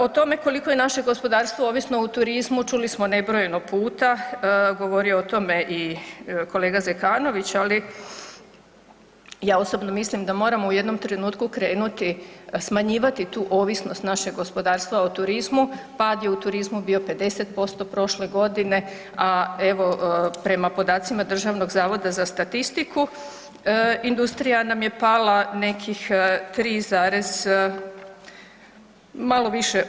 O tome koliko je naše gospodarstvo ovisno o turizmu čuli smo nebrojeno puta, govorio je o tome i kolega Zekanović, ali ja osobno mislim da moramo u jednom trenutku krenuti smanjivati tu ovisnost našeg gospodarstva o turizmu, pad je u turizmu bio 50% prošle godine, a evo prema podacima Državnog zavoda za statistiku industrija nam je pala nekih 3 zarez, malo više od 3%, znači 3,4%